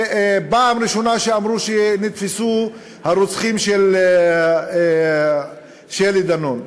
כשאמרו שנתפסו הרוצחים של שלי דדון.